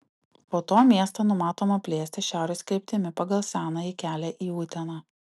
po to miestą numatoma plėsti šiaurės kryptimi pagal senąjį kelią į uteną